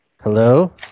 Hello